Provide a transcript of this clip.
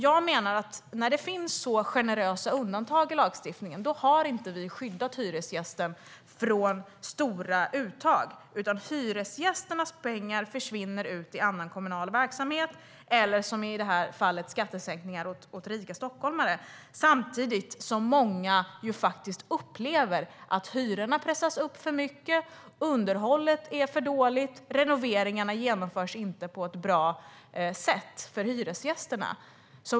Jag menar att när det finns så generösa undantag i lagstiftningen har vi inte skyddat hyresgästerna från stora uttag, utan hyresgästernas pengar försvinner ut i annan kommunal verksamhet eller, som i det här fallet, till skattesänkningar för rika stockholmare. Samtidigt upplever många att hyrorna pressas upp för mycket, att underhållet är för dåligt och att renoveringarna inte genomförs på ett bra sätt för hyresgästerna.